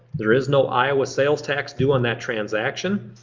there is no iowa sales tax due on that transaction.